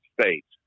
States